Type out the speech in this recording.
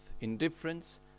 indifference